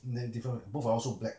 ne~ different both are also black